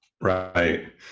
Right